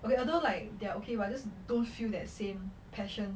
okay although like they are okay but I just don't feel that same passion